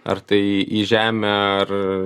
ar tai į žemę ar